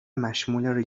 مشمول